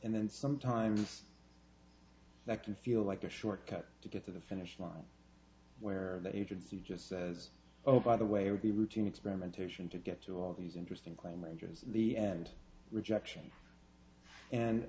and then sometimes that can feel like a short cut to get to the finish line where that agency just says oh by the way it would be routine experimentation to get to all these interesting claim rangers in the end rejection and